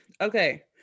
okay